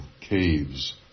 caves